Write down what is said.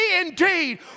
indeed